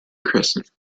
crescent